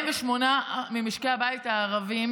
48% ממשקי הבית הערביים